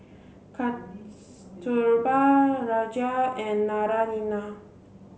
Kasturba Raja and Naraina